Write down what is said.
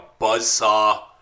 buzzsaw